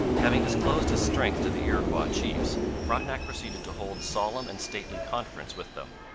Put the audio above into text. having disclosed his strength to the iroquois chiefs, frontenac proceeded to hold solemn and stately conference with them.